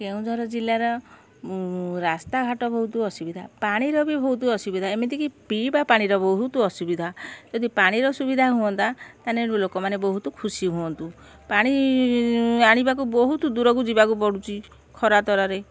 କେଉଁଝର ଜିଲ୍ଲାର ରାସ୍ତାଘାଟ ବହୁତ ଅସୁବିଧା ପାଣିର ବି ବହୁତ ଅସୁବିଧା ଏମିତିକି ପିଇବା ପାଣିର ବହୁତ ଅସୁବିଧା ଯଦି ପାଣିର ସୁବିଧା ହୁଅନ୍ତା ତାହେନେ ଲୋକମାନେ ବହୁତ ଖୁସି ହୁଅନ୍ତୁ ପାଣି ଆଣିବାକୁ ବହୁତ ଦୁରକୁ ଯିବାକୁ ପଡ଼ୁଛି ଖରାତରାରେ